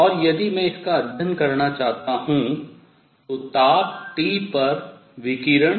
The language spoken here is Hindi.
और यदि मैं इसका अध्ययन करना चाहता हूँ तो ताप T पर विकिरण